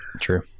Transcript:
true